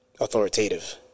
Authoritative